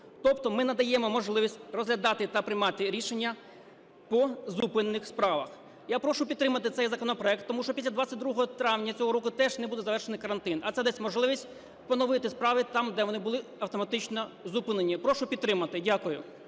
Тобто ми надаємо можливість розглядати та приймати рішення по зупинених справах. Я прошу підтримати цей законопроект, тому що після 22 травня цього року теж не буде завершений карантин, а це дасть можливість поновити справи там, де вони були автоматично зупинені. Прошу підтримати. Дякую.